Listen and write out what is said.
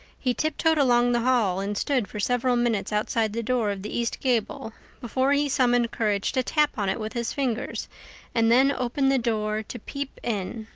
he tiptoed along the hall and stood for several minutes outside the door of the east gable before he summoned courage to tap on it with his fingers and then open the door to peep in.